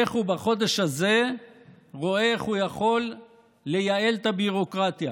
איך הוא בחודש הזה רואה איך הוא יכול לייעל את הביורוקרטיה